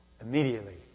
Immediately